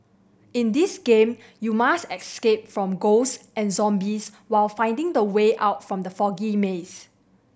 in this game you must escape from ghosts and zombies while finding the way out from the foggy maze